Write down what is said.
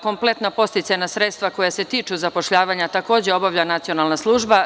Kompletna podsticajna sredstva koja se tiču zapošljavanja takođe obavlja Nacionalna služba.